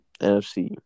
NFC